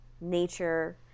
nature